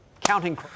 counting